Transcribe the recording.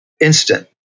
instant